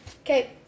Okay